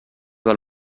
del